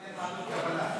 אבל רק דרך ועדות קבלה.